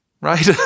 right